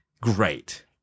great